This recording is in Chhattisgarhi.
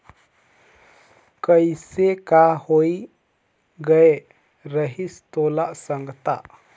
कइसे का होए गये रहिस तोला संगता